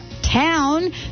town